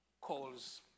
calls